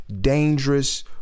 dangerous